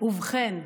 "ובכן,